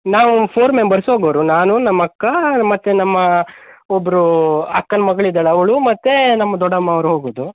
ನಾವು four members ಹೋಗೋರು ನಾನು ನಮ್ಮ ಅಕ್ಕ ಮತ್ತು ನಮ್ಮ ಒಬ್ಬರು ಅಕ್ಕನ ಮಗ್ಳು ಇದ್ದಾಳೆ ಅವಳು ಮತ್ತು ನಮ್ಮ ದೊಡ್ಡಮ್ಮ ಅವ್ರು ಹೋಗೋದು